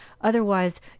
Otherwise